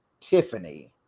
Tiffany